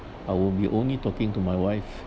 I will be only talking to my wife